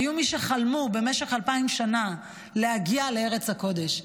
היו מי שחלמו במשך 2,000 שנה להגיע לארץ הקודש.